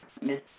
Miss